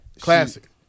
Classic